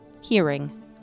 hearing